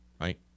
Right